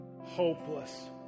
hopeless